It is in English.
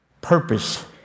purpose